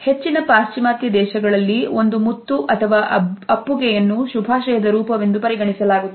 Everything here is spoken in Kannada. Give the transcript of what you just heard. ಹೆಚ್ಚಿನ ಪಾಶ್ಚಿಮಾತ್ಯ ದೇಶಗಳಲ್ಲಿ ಒಂದು ಮುತ್ತು ಅಥವಾ ಅಪ್ಪುಗೆಯನ್ನು ಶುಭಾಶಯದ ರೂಪವೆಂದು ಪರಿಗಣಿಸಲಾಗುತ್ತದೆ